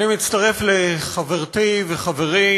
אני מצטרף לחברתי ולחברי,